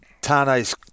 Tane's